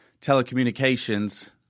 Telecommunications